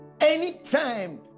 Anytime